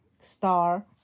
star